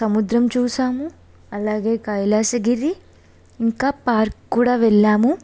సముద్రం చూసాము అలాగే కైలాసగిరి ఇంకా పార్క్ కూడా వెళ్ళాము